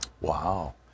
Wow